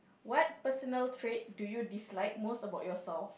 what personal trait do you dislike most about yourself